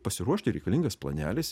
pasiruošti reikalingas planelis